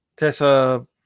Tessa